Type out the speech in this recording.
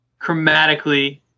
chromatically